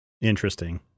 Interesting